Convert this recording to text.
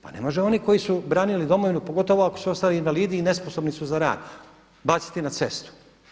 Pa ne može oni koji su branili Domovinu, pogotovo ako su ostali invalidi i nesposobni su za rad baciti na cestu.